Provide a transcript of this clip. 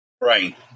Right